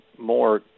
more